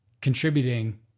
contributing